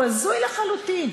הוא הזוי לחלוטין.